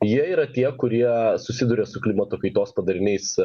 jie yra tie kurie susiduria su klimato kaitos padariniais